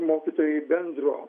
mokytojai bendro